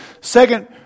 Second